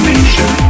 Nation